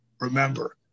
Remember